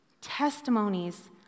Testimonies